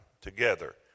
together